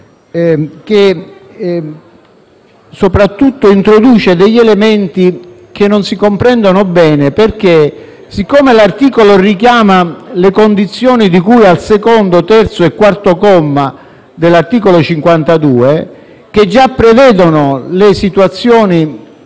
soprattutto perché introduce degli elementi che non si comprendono bene. In effetti, l'articolo richiama le condizioni di cui al secondo, terzo e quarto comma dell'articolo 52, che già prevedono le situazioni